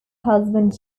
husband